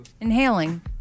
Inhaling